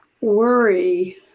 worry